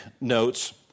notes